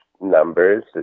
numbers